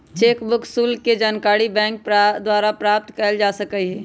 cheque book शुल्क के जानकारी बैंक द्वारा प्राप्त कयल जा सकइ छइ